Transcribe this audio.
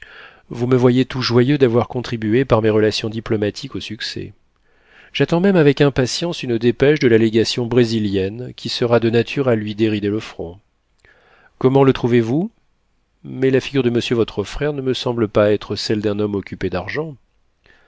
vous me voyez tout joyeux d'avoir contribué par mes relations diplomatiques au succès j'attends même avec impatience une dépêche de la légation brésilienne qui sera de nature à lui dérider le front comment le trouvez-vous mais la figure de monsieur votre frère ne me semble pas être celle d'un homme occupé d'argent